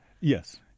Yes